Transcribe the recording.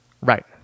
Right